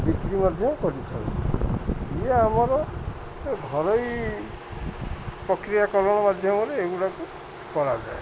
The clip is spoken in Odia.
ବିକ୍ରି ମଧ୍ୟ କରିଥାଉ ଆମର ଘରୋଇ ପ୍ରକ୍ରିୟାକରଣ ମାଧ୍ୟମରେ ଏଗୁଡ଼ାକୁ କରାଯାଏ